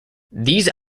these